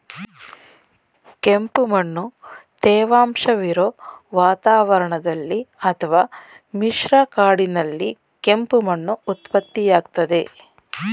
ಕೆಂಪುಮಣ್ಣು ತೇವಾಂಶವಿರೊ ವಾತಾವರಣದಲ್ಲಿ ಅತ್ವ ಮಿಶ್ರ ಕಾಡಿನಲ್ಲಿ ಕೆಂಪು ಮಣ್ಣು ಉತ್ಪತ್ತಿಯಾಗ್ತದೆ